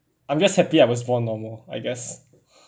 I'm just happy I was born normal I guess